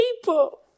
people